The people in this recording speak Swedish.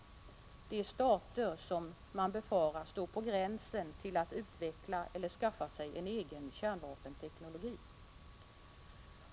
Det är stater som man befarar står på gränsen till att utveckla eller skaffa sig en egen kärnvapenteknologi.